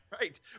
Right